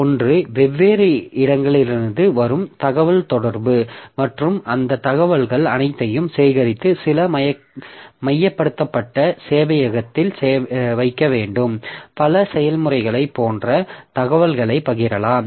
ஒன்று வெவ்வேறு இடங்களிலிருந்து வரும் தகவல் தொடர்பு மற்றும் அந்த தகவல்கள் அனைத்தையும் சேகரித்து சில மையப்படுத்தப்பட்ட சேவையகத்தில் வைக்க வேண்டும் பல செயல்முறைகளைப் போன்ற தகவல்களைப் பகிரலாம்